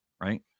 Right